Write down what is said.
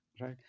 right